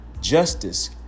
Justice